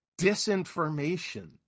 disinformation